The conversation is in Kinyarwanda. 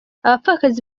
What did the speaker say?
abapfakazi